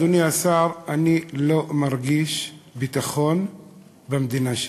אדוני השר: אני לא מרגיש ביטחון במדינה שלי.